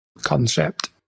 concept